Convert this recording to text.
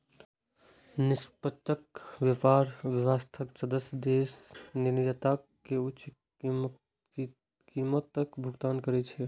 निष्पक्ष व्यापार व्यवस्थाक सदस्य देश निर्यातक कें उच्च कीमतक भुगतान करै छै